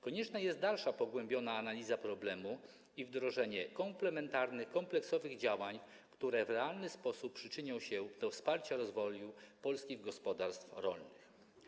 Konieczna jest dalsza pogłębiona analiza problemu i wdrożenie komplementarnych, kompleksowych działań, które w realny sposób przyczynią się do wsparcia rozwoju polskich gospodarstw rolnych.